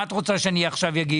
מה את רוצה שאני אגיד?